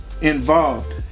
involved